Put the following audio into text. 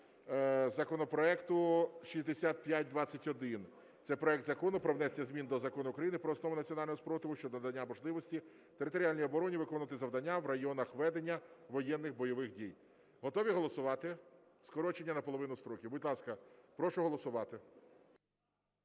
законопроекту 6521, це проект Закону про внесення змін до Закону України "Про основи національного спротиву" щодо надання можливості територіальній обороні виконувати завдання в районах ведення воєнних (бойових) дій. Готові голосувати скорочення наполовину строків? Будь ласка, прошу голосувати.